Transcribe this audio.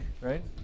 right